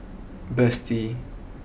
Betsy